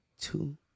two